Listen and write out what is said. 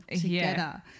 together